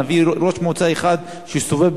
נביא ראש מועצה אחד שיסתובב,